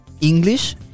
English